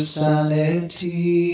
sanity